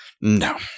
No